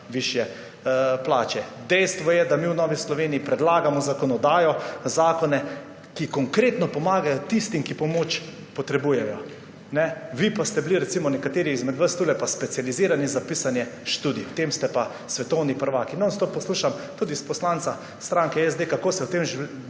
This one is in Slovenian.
višje plače. Dejstvo je, da mi v Novi Sloveniji predlagamo zakonodajo, zakone, ki konkretno pomagajo tistim, ki pomoč potrebujejo. Vi pa ste bili, recimo nekateri izmed vas tukaj, specializirani za pisanje študij, v tem ste pa svetovni prvaki. Nonstop poslušam, tudi poslanca iz stranke SD, kako se v tem